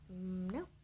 No